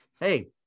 hey